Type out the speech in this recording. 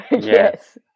Yes